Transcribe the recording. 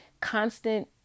constant